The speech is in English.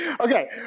Okay